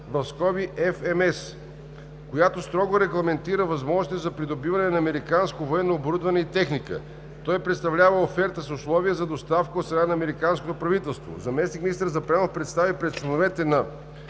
Sales (FMS), която строго регламентира възможностите за придобиване на американско военно оборудване и техника. Той представлява оферта с условия за доставка от страна на американското правителство. Заместник-министър Запрянов представи пред членовете на